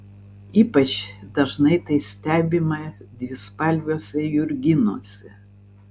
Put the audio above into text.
ypač dažnai tai stebima dvispalviuose jurginuose